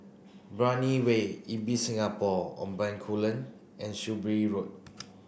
Brani Way Ibis Singapore on Bencoolen and Shrewsbury Road